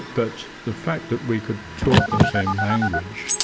but the fact that we could talk the same language,